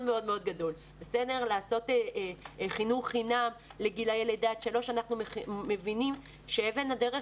מאוד מאוד גדול לעשות חינוך חינם לגילי לידה עד שלוש שאבל הדרך